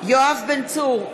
יואב בן צור,